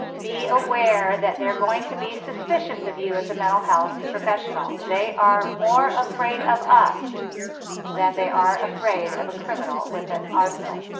be aware that they're going to be suspicious of you as a mental health professional. they are more afraid of us then they are afraid of a criminal with an arsenal.